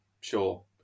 sure